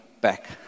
back